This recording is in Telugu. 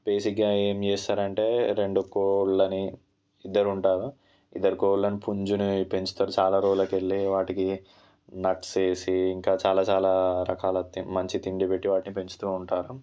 బేసిక్గా ఏం చేస్తారంటే రెండు కోళ్లని ఇద్దరు ఉంటారు ఇద్దరు కోళ్లని పుంజుని పెంచుతారు చాలా రోజులకెళ్ళి వాటికి నట్స్ వేసి ఇంకా చాలా చాలా రకాల మంచి తిండి పెట్టి వాటిని పెంచుతూ ఉంటారు